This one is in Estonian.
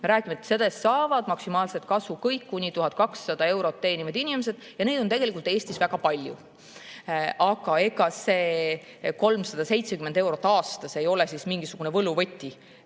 Me räägime, et sellest saavad maksimaalset kasu kõik kuni 1200 eurot teenivad inimesed ja neid on tegelikult Eestis väga palju. Samas ega see 370 [lisa]eurot aastas ei ole mingisugune võluvõti,